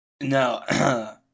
No